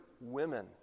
women